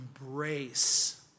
embrace